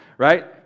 Right